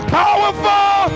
powerful